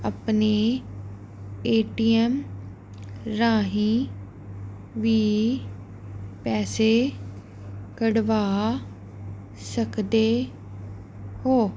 ਆਪਣੇ A T M ਰਾਹੀਂ ਵੀ ਪੈਸੇ ਕਢਵਾ ਸਕਦੇ ਹੋ